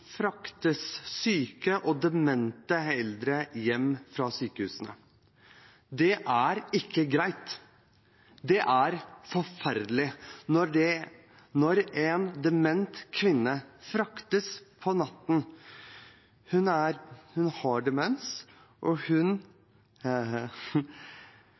fraktes syke og demente eldre hjem fra sykehusene. Det er ikke greit. Det er forferdelig at en dement kvinne fraktes på natten, og for sykehjemmet tok det to dager å få henne på rett kjøl igjen. Det er VG som har